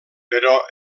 però